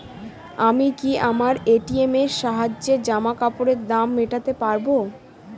আমি কি আমার এ.টি.এম এর সাহায্যে জামাকাপরের দাম মেটাতে পারব?